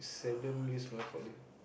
seldom use mail calling